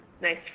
nice